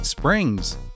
Springs